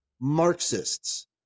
Marxists